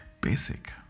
basic